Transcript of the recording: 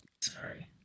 Sorry